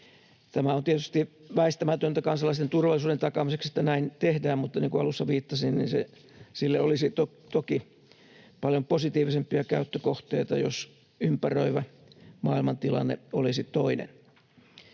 On tietysti väistämätöntä kansalaisten turvallisuuden takaamiseksi, että näin tehdään, mutta niin kuin alussa viittasin, sille olisi toki paljon positiivisempia käyttökohteita, jos ympäröivä maailmantilanne olisi toinen.